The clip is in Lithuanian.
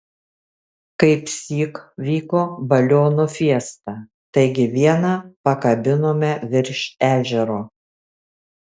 kaipsyk vyko balionų fiesta taigi vieną pakabinome virš ežero